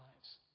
lives